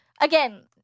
again